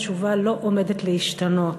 התשובה לא עומדת להשתנות.